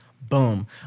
Boom